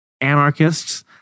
anarchists